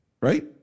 Right